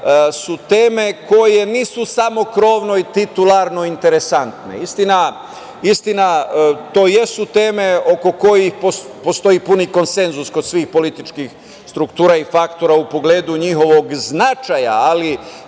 su teme koje nisu samo krovno i titularno interesantne. Istina, to jesu teme oko kojih postoji puni konsenzus kod svih političkih struktura i faktora u pogledu njihovog značaja, ali